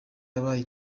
yabaye